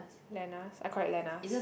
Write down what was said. Lena's ah correct Lena's